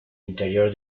interior